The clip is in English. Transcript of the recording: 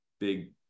Big